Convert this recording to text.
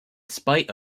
spite